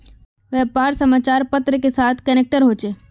व्यापार समाचार पत्र के साथ कनेक्ट होचे?